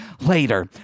Later